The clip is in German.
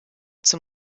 zum